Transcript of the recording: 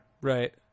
Right